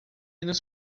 nos